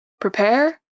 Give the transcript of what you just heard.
Prepare